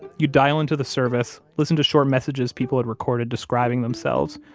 you'd dial into the service, listen to short messages people had recorded describing themselves.